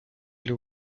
для